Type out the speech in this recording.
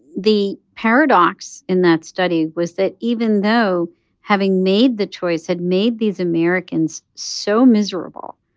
the paradox in that study was that even though having made the choice had made these americans so miserable,